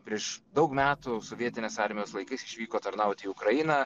prieš daug metų sovietinės armijos laikais išvyko tarnaut į ukrainą